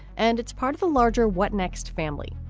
and it's part of a larger what next family.